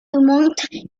dumont